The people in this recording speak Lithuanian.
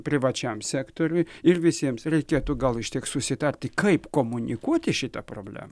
privačiam sektoriui ir visiems reikėtų gal užteks susitarti kaip komunikuoti šitą problemą